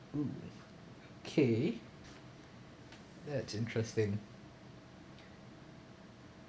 mm K that's interesting